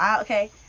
okay